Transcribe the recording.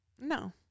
no